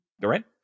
right